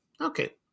Okay